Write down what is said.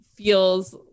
feels